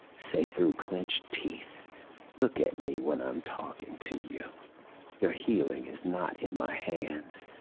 say through clenched teeth look at me when i'm talking to you your healing is not in my hands,